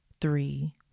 three